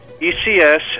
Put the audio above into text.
ECS